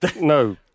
No